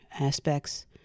aspects